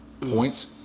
points